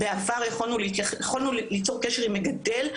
בעבר יכולנו ליצור קשר עם מגדל,